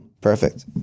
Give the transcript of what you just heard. perfect